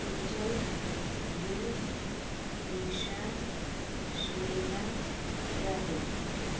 Kunjal Yug Nisha Shweta Rahul